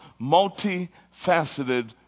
multifaceted